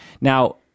Now